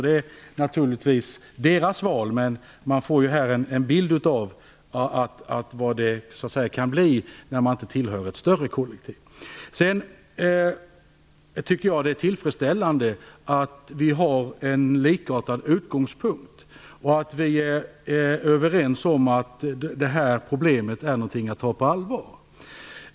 Det är naturligtvis deras val, men vi ser vad det kan innebära att inte tillhöra ett större kollektiv. Det är tillfredsställande att vi har en likartad utgångspunkt och att vi är överens om att det här är ett problem som skall tas på allvar.